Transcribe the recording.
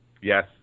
Yes